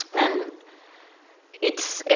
and it's